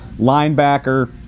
linebacker